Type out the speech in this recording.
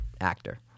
actor